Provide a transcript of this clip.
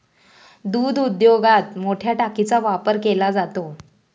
दूध उद्योगात मोठया टाकीचा वापर केला जातो